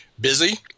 busy